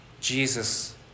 Jesus